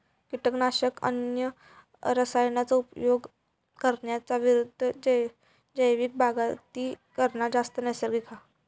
किटकनाशक, अन्य रसायनांचो उपयोग करणार्यांच्या विरुद्ध जैविक बागायती करना जास्त नैसर्गिक हा